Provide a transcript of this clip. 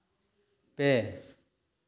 ᱯᱮ